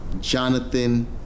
Jonathan